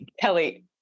Kelly